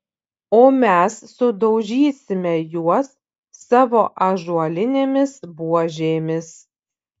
o mes sudaužysime juos savo ąžuolinėmis buožėmis